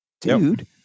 Dude